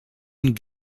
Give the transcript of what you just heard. and